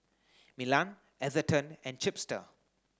Milan Atherton and Chipster